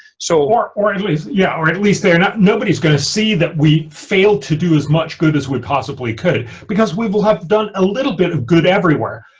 so or, at least, yeah or at least they're not nobody's gonna see that we fail to do as much good as we possibly could because we will have done a little bit of good everywhere.